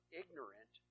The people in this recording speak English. ignorant